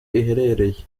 iherereye